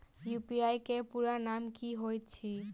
UPI केँ पूरा नाम की होइत अछि?